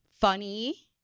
funny